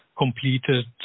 completed